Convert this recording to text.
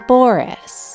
Boris